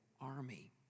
army